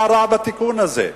מה רע בתיקון הזה?